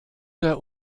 der